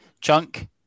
Chunk